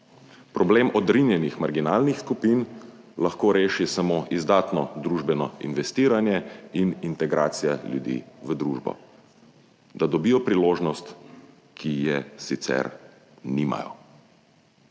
Problem odrinjenih, marginalnih skupin lahko reši samo izdatno družbeno investiranje in integracija ljudi v družbo, da dobijo priložnost, ki je sicer nimajo.